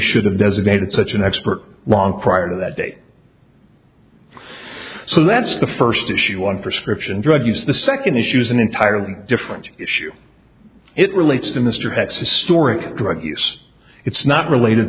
should have designated such an expert long prior to that date so that's the first issue on prescription drug use the second issue is an entirely different issue it relates to mr betts historic drug use it's not related